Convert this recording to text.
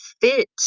fit